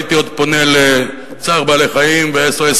הייתי עוד פונה ל"צער בעלי חיים" ול"SOS